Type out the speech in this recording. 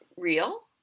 real